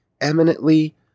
eminently